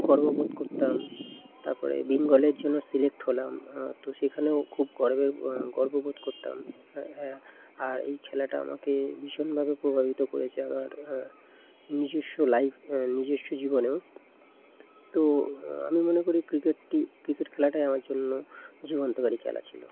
গর্ব বোধ করতাম তারপরে বেঙ্গলের জন্য সিলেক্ট হলাম তো সেখানেও খুব গর্বের গর্ব বোধ করতাম হ্যাঁ হ্যাঁ আর এই খেলাটা আমাকে ভীষণভাবে প্রভাবিত করেছে আমার নিজস্ব লাইফ নিজস্ব জীবনেও তো আমি মনে করি ক্রিকেটটি ক্রিকেট খেলাটাই আমার জন্য যুগান্তকারী খেলা ছিলো